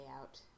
out